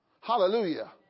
Hallelujah